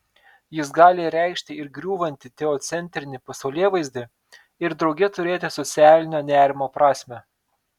jis gali reikšti ir griūvantį teocentrinį pasaulėvaizdį ir drauge turėti socialinio nerimo prasmę